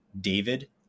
david